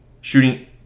Shooting